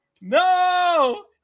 No